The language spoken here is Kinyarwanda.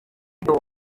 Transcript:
byo